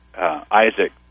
Isaac